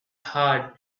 heart